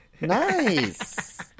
Nice